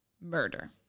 murder